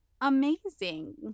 amazing